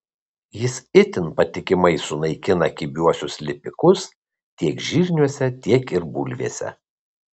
jis itin patikimai sunaikina kibiuosius lipikus tiek žirniuose tiek ir bulvėse